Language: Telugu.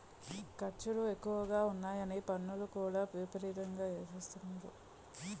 ఖర్చులు ఎక్కువగా ఉన్నాయని పన్నులు కూడా విపరీతంగా ఎసేత్తన్నారు